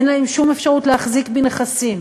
אין להם שום אפשרות להחזיק בנכסים.